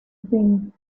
been